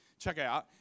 checkout